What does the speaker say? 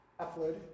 upload